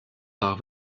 par